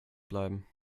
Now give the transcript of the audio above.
bleiben